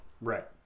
right